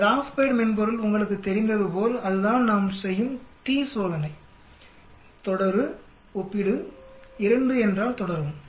GraphPad மென்பொருள் உங்களுக்குத் தெரிந்ததுபோல் அதுதான் நாம் செய்யும் டி சோதனை தொடரு ஒப்பிடு 2 என்றால் தொடரவும்